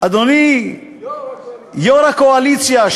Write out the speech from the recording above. אדוני יושב-ראש הקואליציה,